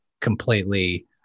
completely